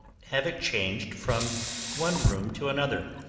have it changed from one room to another,